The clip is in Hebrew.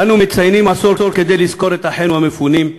אנו מציינים עשור כדי לזכור את אחינו המפונים,